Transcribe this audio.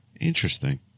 Interesting